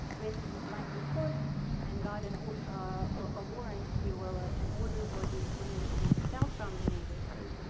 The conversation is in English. residents went to court and got and a warrant, if you will, ah an order for these women to be expelled from the neighborhood.